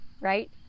Right